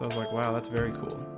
like wow, that's very cool,